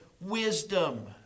wisdom